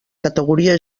categoria